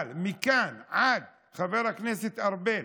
אבל חבר הכנסת ארבל,